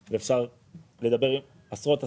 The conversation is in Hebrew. ואפשר לדבר עם עשרות עסקים,